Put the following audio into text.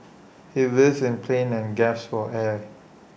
he writhed in pain and gasped for air